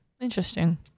Interesting